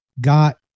got